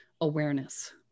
awareness